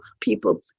people